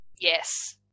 Yes